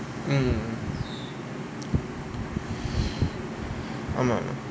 mm ஆமா:aamaa